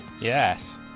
Yes